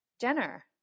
Jenner